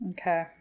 Okay